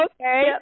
Okay